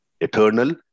eternal